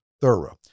thorough